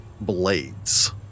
blades